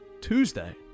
Tuesday